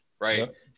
right